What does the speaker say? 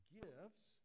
gifts